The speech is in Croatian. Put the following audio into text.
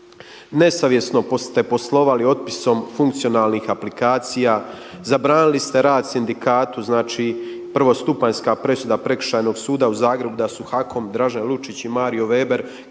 Nesavjesno ste poslovali otpisom funkcionalnih aplikacija, zabranili ste rad sindikatu. Znači prvostupanjska presuda Prekršajnog suda u Zagrebu, da su HAKOM, Dražen Lučić i Mario Veber krivi